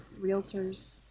realtor's